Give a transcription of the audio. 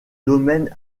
domaines